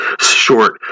short